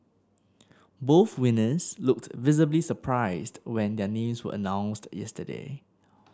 both winners looked visibly surprised when their names were announced yesterday